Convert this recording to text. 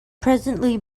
presently